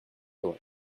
loi